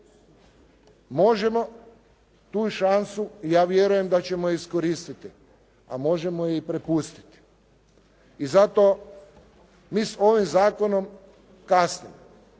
Možemo tu šansu, ja vjerujem da ćemo je iskoristiti, a možemo je i prepustiti. I zato mi s ovim zakonom kasnimo.